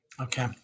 Okay